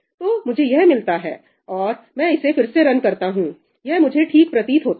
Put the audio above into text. तो मुझे यह मिलता है और मैं इसे फिर से रन करता हूं यह मुझे ठीक प्रतीत होता है